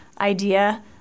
idea